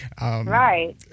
right